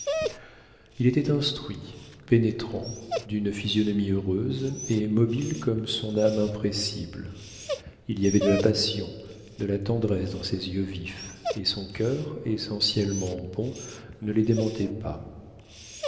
il était instruit pénétrant d'une physionomie heureuse et mobile comme son âme impressible il y avait de la passion de la tendresse dans ses yeux vifs et son cœur essentiellement bon ne les démentait pas